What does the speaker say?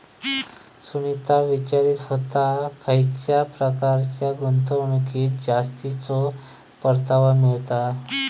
सुनीता विचारीत होता, खयच्या प्रकारच्या गुंतवणुकीत जास्तीचो परतावा मिळता?